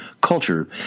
culture